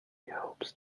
helps